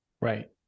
Right